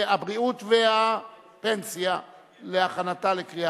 ועדת הכנסת נתקבלה.